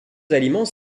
aliments